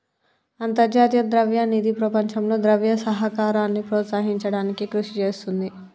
అంతర్జాతీయ ద్రవ్య నిధి ప్రపంచంలో ద్రవ్య సహకారాన్ని ప్రోత్సహించడానికి కృషి చేస్తుంది